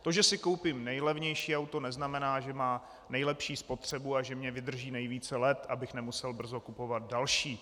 To, že si koupím nejlevnější auto, neznamená, že má nejlepší spotřebu a že mi vydrží nejvíce let, abych nemusel brzo kupovat další.